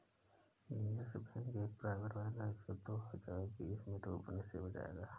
yes Bank एक private bank है जो दो हज़ार बीस में डूबने से बचाया गया